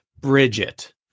Bridget